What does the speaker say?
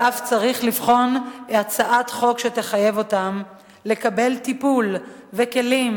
ואף לבחון הצעת חוק שתחייב אותם לקבל טיפול וכלים